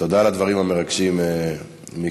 תודה על הדברים המרגשים, מיקי.